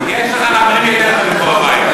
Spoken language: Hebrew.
יש לך, פה בבית.